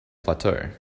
plateau